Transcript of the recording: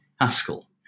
Haskell